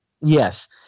yes